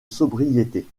sobriété